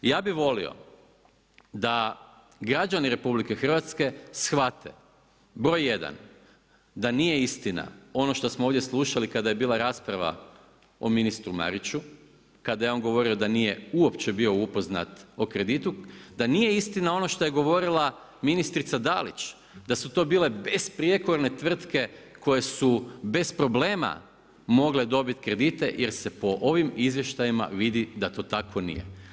Ja bih volio da građani RH shvate broj jedan da nije istina ono što smo ovdje slušali kada je bila rasprava o ministru Mariću, kada je on govorio da nije uopće bio upoznat o kreditu, da nije istina ono što je govorila ministrica Dalić, da su to bile besprijekorne tvrtke, koje su bez problema mogle dobiti kredite, jer se po ovim izvještajima vidi da to tako nije.